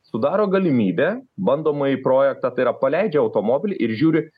sudaro galimybę bandomąjį projektą tai yra paleidžia automobilį ir žiūri